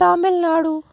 Tamil Nadu